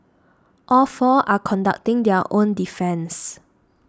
all four are conducting their own defence